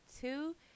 two